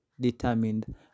determined